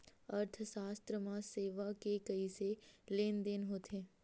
अर्थशास्त्र मा सेवा के कइसे लेनदेन होथे?